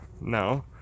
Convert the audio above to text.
No